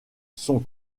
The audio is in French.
sont